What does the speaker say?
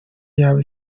yaba